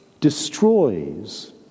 destroys